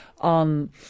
on